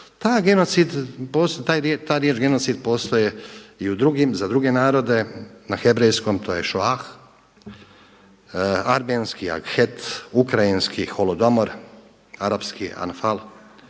Ta riječ genocid postoji i za druge narode, na hebrejskom to je šoah, armenski …, ukrajinski holodomor, arapski anfal,